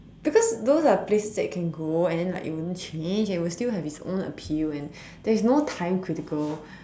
because those are the places that you can go and then like it wouldn't change and it would still have it's own appeal and there is no time critical